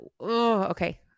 Okay